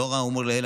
לאור האמור לעיל,